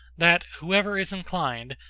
that whoever is inclined,